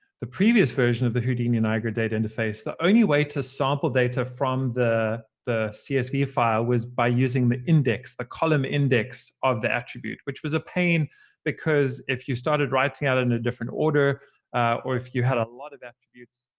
previous version of the houdini niagara data interface, the only way to sample data from the the csv file was by using the index, the ah column index of the attribute, which was a pain because if you started writing out in a different order or if you had a lot of attributes,